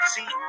See